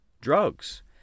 drugs